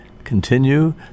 Continue